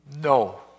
no